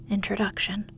Introduction